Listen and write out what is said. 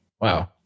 Wow